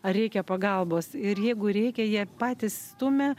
ar reikia pagalbos ir jeigu reikia jie patys stumia